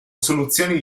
soluzioni